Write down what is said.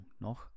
noch